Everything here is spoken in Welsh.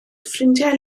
ffrindiau